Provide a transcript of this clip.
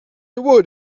would